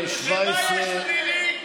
במה יש פלילי?